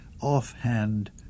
offhand